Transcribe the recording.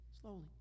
slowly